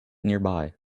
nearby